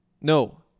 No